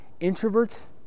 introverts